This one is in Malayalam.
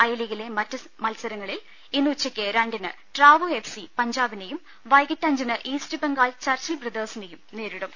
ഐലീഗിലെ മറ്റ് മത്സരങ്ങളിൽ ഇന്ന് ഉച്ചക്ക് രണ്ടിന് ട്രാവു എഫ് സി പഞ്ചാബിനേയും വൈകീട്ട് അഞ്ചിന് ഈസ്റ്റ്ബംഗാൾ ചർച്ചിൽ ബ്രദേഴ്സിനേയും നേരിടും